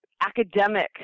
academic –